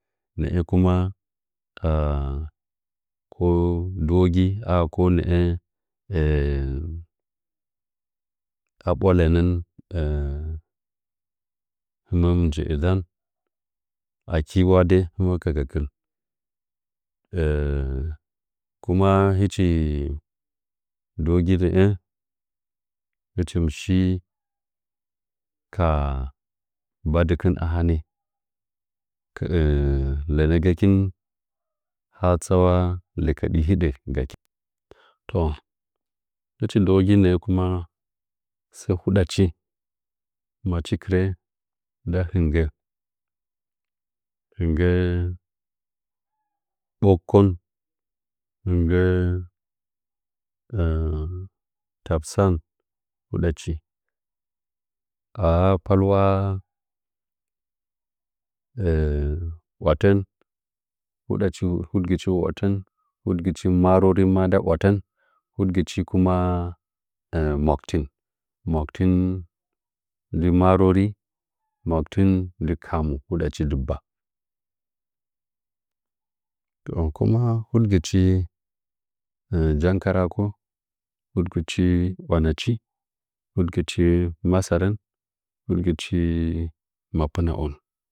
Nə'ə kuma taa ko ndɨwogi are ko nə'ə aɓwa lənən hɨman jə'ə ndan akiwa dəi mikə gəkɨn kuma hɨchi ndɨwagi nə'ə hɨchin shi kaa hadkɨn a hanə kəə lənəgin ha tsuwa lekədi hidə toh hɨchi ndɨwoginə 'ə ma sə hudachi machikɨrə nda hɨnggə hinggə bokkon hɨnggə tabsan hudachi aha palwa ‘watən hudachi hudgɨchi ‘watən hudgɨchi marore manda ‘watən hudgɨchi kuma mauktin mauktin dɨ marore mauktin kamu hudachi dɨgba toh kuma hudgɨchi janka rako huɗgɨchi ‘wanachi hudgɨchi masarən huɗgɨchi maptna'on